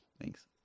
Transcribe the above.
Thanks